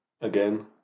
Again